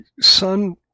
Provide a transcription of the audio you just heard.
son